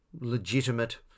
legitimate